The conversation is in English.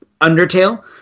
Undertale